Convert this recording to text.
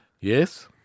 Yes